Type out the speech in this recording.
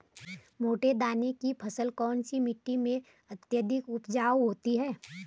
मोटे दाने की फसल कौन सी मिट्टी में अत्यधिक उपजाऊ होती है?